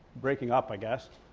breaking up i guess